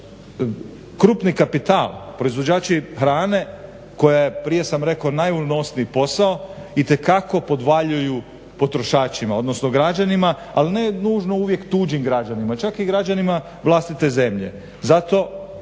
krupni kapital, proizvođači hrane koja je prije sam rekao najunosniji posao itekako podvaljuju potrošačima, odnosno građanima, ali ne nužno uvijek tuđim građanima, čak i građanima vlastite zemlje.